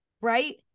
Right